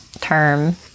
term